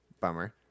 Bummer